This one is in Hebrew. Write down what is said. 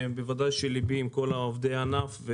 בוודאי ליבי עם כל עובדי הענף.